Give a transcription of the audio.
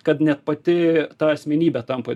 kad net pati ta asmenybė tampa